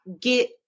get